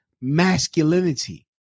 masculinity